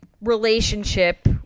relationship